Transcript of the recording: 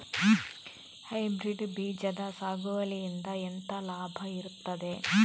Hybrid ಬೀಜದ ಸಾಗುವಳಿಯಿಂದ ಎಂತ ಲಾಭ ಇರ್ತದೆ?